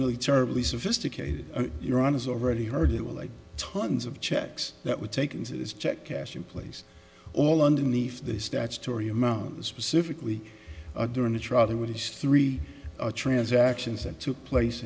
really terribly sophisticated iran is already heard it will like tons of checks that would take into this check cashing place all underneath the statutory amount specifically during the trial there were these three transactions and took place